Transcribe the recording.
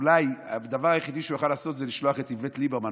אולי הדבר הגדול יותר שהוא היה יכול לעשות זה לשלוח את איווט ליברמן,